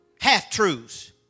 Half-truths